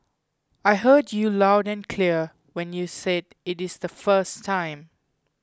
I heard you loud and clear when you said it is the first time